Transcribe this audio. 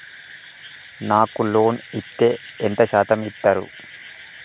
నాకు లోన్ ఇత్తే ఎంత శాతం ఇత్తరు?